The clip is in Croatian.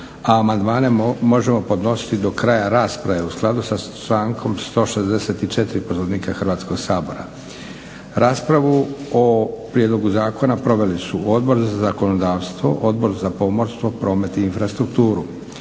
a amandmane možemo podnositi do kraja rasprave u skladu sa člankom 164. Poslovnika Hrvatskog sabora. Raspravu o prijedlogu zakona proveli su Odbor za zakonodavstvo, Odbor za pomorstvo, promet i infrastrukturu.